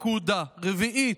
רביעית,